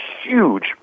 huge